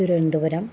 Thiruvananthapuram